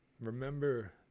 remember